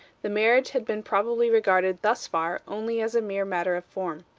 the marriage had been probably regarded, thus far, only as a mere matter of form.